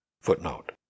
footnote